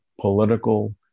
political